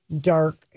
dark